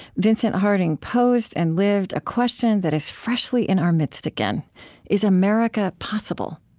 vincent harding posed and lived a question that is freshly in our midst again is america possible?